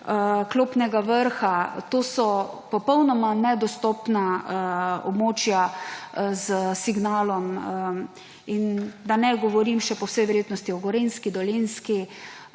Klopnega vrha, to so popolnoma nepojkrita območja s signalom. Da ne govorim še po vsej verjetnosti o Gorenjski, Dolenjski,